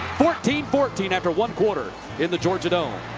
fourteen fourteen after one quarter in the georgia dome.